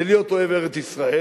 זה להיות אוהב ארץ-ישראל,